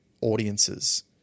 audiences